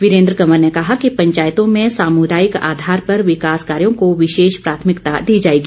वीरेन्द्र कंवर ने कहा कि पंचायतों में सामुदायिक आधार पर विकास कार्यों को विशेष प्राथमिकता दी जाएगी